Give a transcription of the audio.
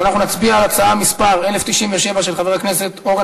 אז אנחנו נצביע על הצעה מס' 1097 של חבר הכנסת אורן